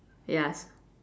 yes